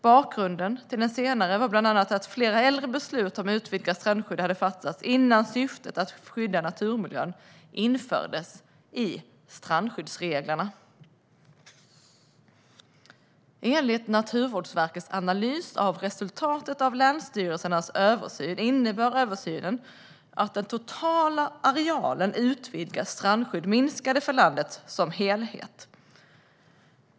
Bakgrunden var bland annat att flera äldre beslut om utvidgat strandskydd hade fattats innan syftet att skydda naturmiljön infördes i strandskyddsreglerna. Enligt Naturvårdsverkets analys av resultatet av länsstyrelsernas översyn innebar översynen att den totala arealen utvidgat strandskydd minskade för landet som helhet.